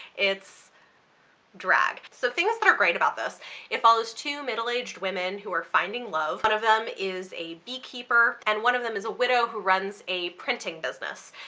it's drag. so things that are great about this it follows two middle aged women who are finding love. one of them is a beekeeper and one of them is a widow who runs a printing business.